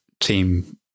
team